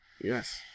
yes